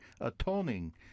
atoning